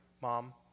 mom